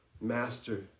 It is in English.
master